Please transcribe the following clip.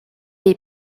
est